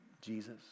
Jesus